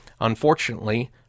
Unfortunately